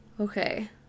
okay